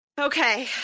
Okay